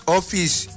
Office